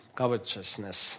covetousness